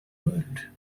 world